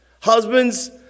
Husbands